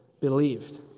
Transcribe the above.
believed